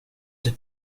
that